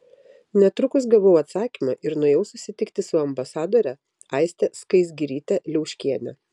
netrukus gavau atsakymą ir nuėjau susitikti su ambasadore aiste skaisgiryte liauškiene